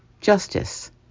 justice